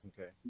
Okay